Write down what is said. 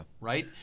right